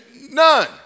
None